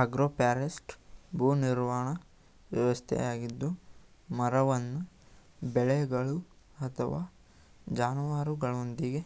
agroforestry ಭೂ ನಿರ್ವಹಣಾ ವ್ಯವಸ್ಥೆಯಾಗಿದ್ದು ಮರವನ್ನು ಬೆಳೆಗಳು ಅಥವಾ ಜಾನುವಾರುಗಳೊಂದಿಗೆ